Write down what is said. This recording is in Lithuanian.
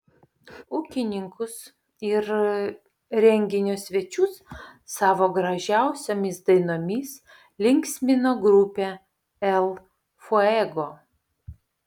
ūkininkus ir renginio svečius savo gražiausiomis dainomis linksmino grupė el fuego